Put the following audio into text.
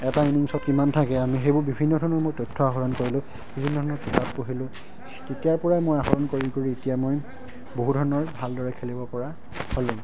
এটা ইনিংছত কিমান থাকে আমি সেইবোৰ বিভিন্ন ধৰণৰ মই তথ্য আহৰণ কৰিলোঁ বিভিন্ন ধৰণৰ কিতাপ পঢ়িলোঁ তেতিয়াৰ পৰাই মই আহৰণ কৰি কৰি এতিয়া মই বহু ধৰণৰ ভালদৰে খেলিব পৰা হ'লোঁ